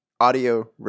audio